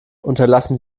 unterlassen